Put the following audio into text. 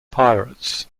pirates